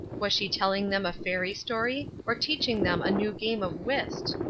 was she telling them a fairy story, or teaching them a new game of whist?